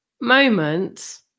moment